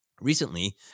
recently